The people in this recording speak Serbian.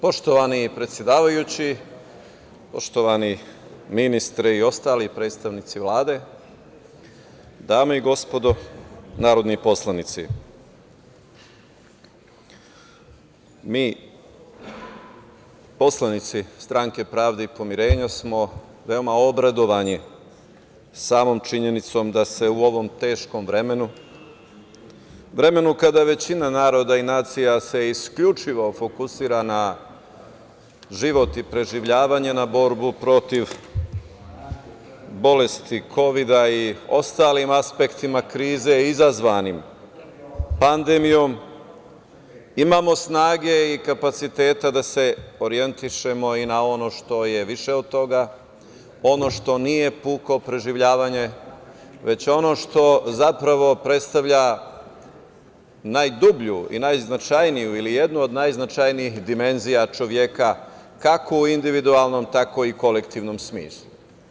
Poštovani predsedavajući, poštovani ministre i ostali predstavnici Vlade, dame i gospodo narodni poslanici, mi poslanici Stranke pravde i pomirenja smo veoma obradovani samom činjenicom da se u ovom teškom vremenu, vremenu kada većina naroda i nacija se isključivo fokusira na život i preživljavanje, na borbu protiv bolesti kovida i ostalim aspektima krize izazvanim pandemijom, imamo snage i kapaciteta da se orijentišemo i na ono što je više od toga, ono što nije puko preživljavanje, već ono što zapravo predstavlja najdublju i najznačajniju ili jednu od najznačajnijih dimenzija čoveka, kako u individualnom tako i kolektivnom smislu.